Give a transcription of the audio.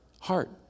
heart